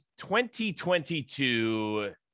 2022